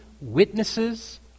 witnesses